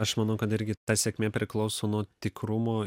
aš manau kad irgi ta sėkmė priklauso nuo tikrumo